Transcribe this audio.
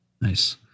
Nice